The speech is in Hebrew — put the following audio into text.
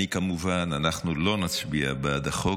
כמובן שאנחנו לא נצביע בעד החוק,